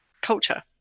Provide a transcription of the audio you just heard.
culture